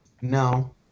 No